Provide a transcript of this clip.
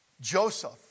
Joseph